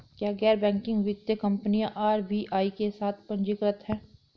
क्या गैर बैंकिंग वित्तीय कंपनियां आर.बी.आई के साथ पंजीकृत हैं?